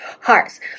hearts